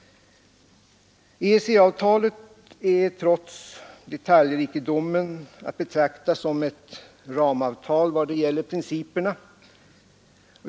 EEC-avtalet är trots detaljrikedomen att betrakta som ett ramavtal vad Tisdagen den gäller principerna.